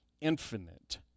infinite